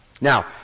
Now